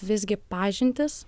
visgi pažintys